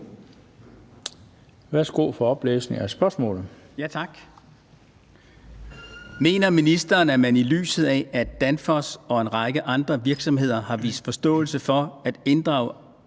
af: Nils Sjøberg (RV): Mener ministeren, at man i lyset af at Danfoss og en række andre virksomheder har vist forståelse for at inddrage